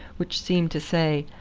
which seemed to say,